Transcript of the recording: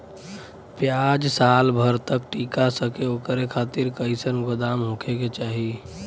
प्याज साल भर तक टीका सके ओकरे खातीर कइसन गोदाम होके के चाही?